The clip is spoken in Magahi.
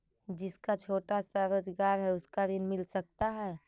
जिसका छोटा सा रोजगार है उसको ऋण मिल सकता है?